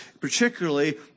particularly